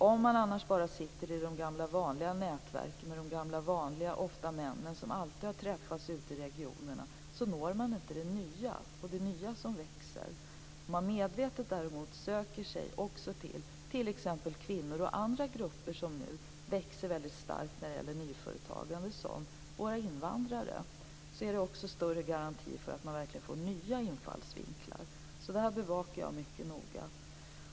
Om man bara sitter i de gamla vanliga nätverken med de gamla vanliga, ofta männen, som alltid har träffats ute i regionerna, så når man inte det nya som växer. Om man däremot medvetet söker sig till t.ex. kvinnor och andra grupper som våra invandrare, som nu växer väldigt starkt när det gäller nyföretagande, är det en större garanti för att man verkligen får nya infallsvinklar. Detta bevakar jag mycket noga.